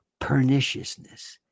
perniciousness